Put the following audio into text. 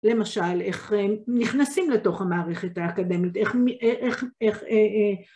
למשל, איך נכנסים לתוך המערכת האקדמית, איך